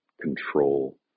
Control